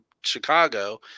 Chicago